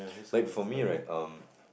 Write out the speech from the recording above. like for me right um